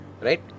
right